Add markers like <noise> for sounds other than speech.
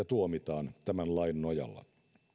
<unintelligible> tuomitaan tämän lain nojalla